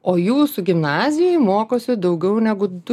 o jūsų gimnazijoj mokosi daugiau negu du